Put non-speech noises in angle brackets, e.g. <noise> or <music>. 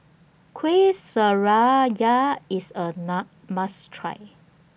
Kueh <unintelligible> IS A Na must Try